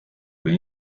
või